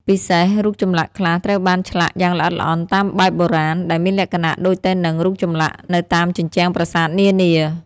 ពិសេសរូបចម្លាក់ខ្លះត្រូវបានឆ្លាក់យ៉ាងល្អិតល្អន់តាមបែបបុរាណ ដែលមានលក្ខណៈដូចទៅនឹងរូបចម្លាក់នៅតាមជញ្ជាំងប្រាសាទនានា។